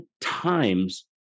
times